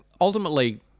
ultimately